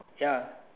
ya